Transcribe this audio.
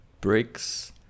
bricks